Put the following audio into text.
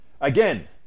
again